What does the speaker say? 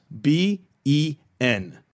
b-e-n